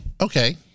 Okay